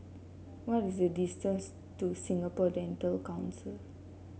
what is the distance to Singapore Dental Council